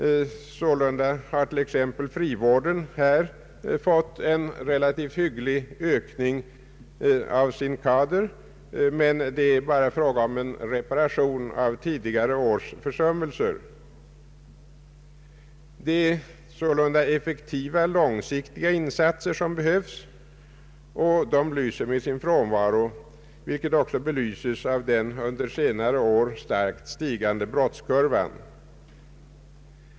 Sålunda har t.ex. frivården här fått en relativt hygglig ökning av sin kader, men det är bara fråga om en reparation av tidigare års försummelser. Det är effektiva, långsiktiga insatser som behövs. Dessa lyser med sin frånvaro, vilket också framgår av den under se nare år starkt stigande brottskurvan.